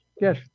Yes